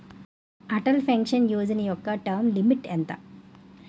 Atal pension Yojana యెక్క term limit ఎంత?